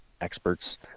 experts